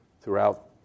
throughout